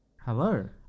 Hello